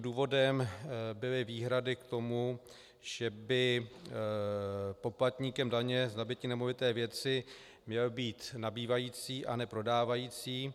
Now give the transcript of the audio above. Důvodem byly výhrady k tomu, že by poplatníkem daně z nabytí nemovité věci měl být nabývající, a ne prodávající.